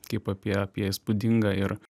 kaip apie apie įspūdingą ir